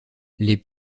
les